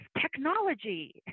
technology